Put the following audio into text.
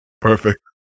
Perfect